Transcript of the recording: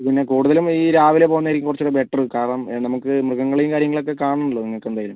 പിന്നെ കൂടുതലും ഈ രാവിലെ പോകുന്നതായിരിക്കും കുറച്ചും കൂട ബെറ്റർ കാരണം നമുക്ക് മൃഗങ്ങളെയും കാര്യങ്ങളൊക്കെ കാണണമല്ലോ നിങ്ങൾക്ക് എന്തായാലും